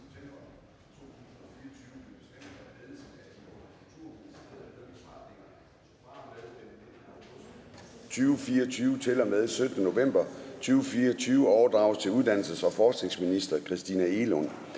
2024 til og med den 17. november 2024 overdrages til uddannelses- og forskningsminister Christina Egelund.